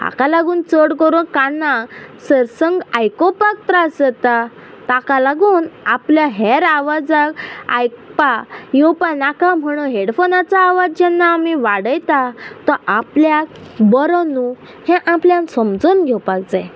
हाका लागून चड करून कान्ना सरसंग आयकोपाक त्रास जाता ताका लागून आपल्या हेर आवाजाक आयकपा येवपा नाका म्हणून हेडफोनाचो आवाज जेन्ना आमी वाडयता तो आपल्याक बरो न्हू हे आपल्याक समजून घेवपाक जाय